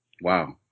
Wow